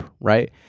Right